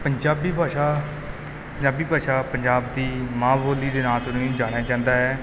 ਪੰਜਾਬੀ ਭਾਸ਼ਾ ਪੰਜਾਬੀ ਭਾਸ਼ਾ ਪੰਜਾਬ ਦੀ ਮਾਂ ਬੋਲੀ ਦੇ ਨਾਂ ਤੋਂ ਹੀ ਜਾਣਿਆ ਜਾਂਦਾ ਹੈ